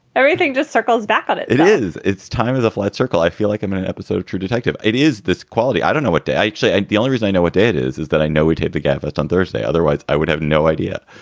everything just circles back on it it is. it's time is a flat circle. i feel like i'm in an episode of true detective. it is this quality. i don't know what to say. the only reason i know what it is is that i know we tape to get but it on thursday. otherwise i would have no idea.